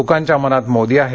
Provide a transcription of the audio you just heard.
लोकांच्या मनात मोदी आहेत